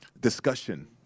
discussion